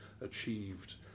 achieved